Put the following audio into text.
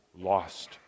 Lost